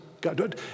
God